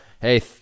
hey